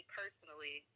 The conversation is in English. personally